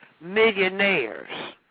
millionaires